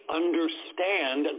understand